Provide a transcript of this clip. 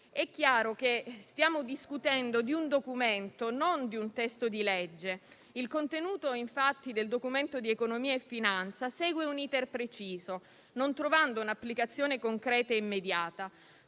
È chiaro che stiamo discutendo di un Documento, non di un testo di legge. Infatti, il contenuto del Documento di economia e finanza segue un *iter* preciso, non trovando un'applicazione concreta e immediata;